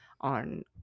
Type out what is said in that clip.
on